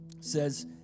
says